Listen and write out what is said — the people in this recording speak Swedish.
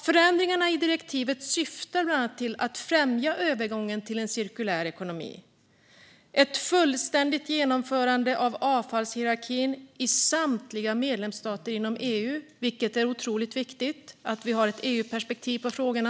Förändringarna i direktiven syftar bland annat till att främja övergången till en cirkulär ekonomi och ett fullständigt genomförande av avfallshierarkin i samtliga medlemsstater inom EU - det är otroligt viktigt att vi har ett EU-perspektiv på frågorna.